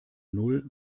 null